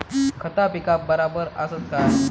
खता पिकाक बराबर आसत काय?